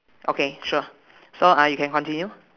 okay sure so uh you can continue